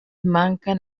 manquen